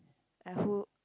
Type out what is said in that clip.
uh who